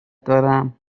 دارم